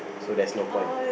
so there's no point